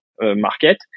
market